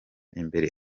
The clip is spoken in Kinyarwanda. imbere